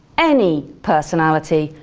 any personality,